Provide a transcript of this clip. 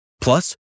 Plus